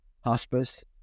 hospice